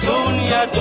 Dunya